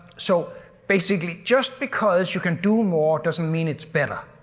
so basically just because you can do more doesn't mean it's better.